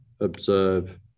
observe